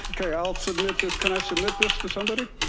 okay, i'll submit this. can i submit this for somebody?